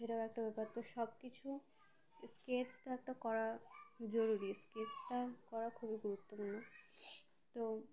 সেটাও একটা ব্যাপার তো সব কিছু স্কেচ তো একটা করা জরুরি স্কেচটা করা খুবই গুরুত্বপূর্ণ তো